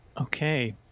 Okay